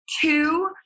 Two